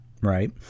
right